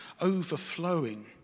overflowing